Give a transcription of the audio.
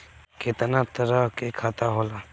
केतना तरह के खाता होला?